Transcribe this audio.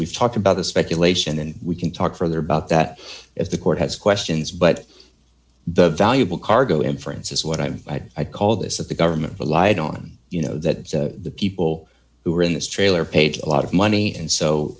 we've talked about the speculation and we can talk further about that as the court has questions but the valuable cargo inference is what i'm i'd call this of the government relied on you know that the people who were in this trailer paid a lot of money and so